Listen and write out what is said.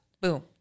Boom